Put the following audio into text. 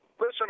Listen